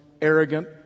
arrogant